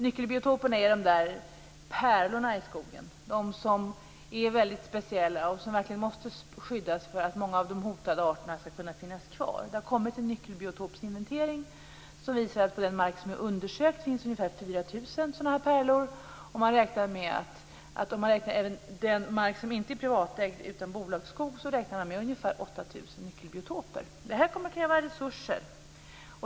Nyckelbiotoperna är de där pärlorna i skogen, de som är väldigt speciella och som verkligen måste skyddas för att många av de hotade arterna skall kunna finnas kvar. Det har kommit en nyckelbiotopsinventering som visar att det på den mark som är undersökt finns ungefär 4 000 sådana här pärlor. Om man också tar med den mark som inte är privatägd utan som är bolagsskog räknar man med ungefär 8 000 nyckelbiotoper. Det här kommer att kräva resurser.